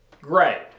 great